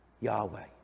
Yahweh